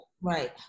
Right